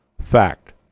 fact